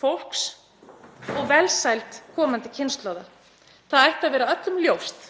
fólks og velsæld komandi kynslóða. Það ætti að vera öllum ljóst